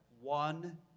One